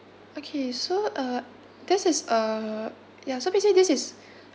okay so uh this is uh ya so basically this is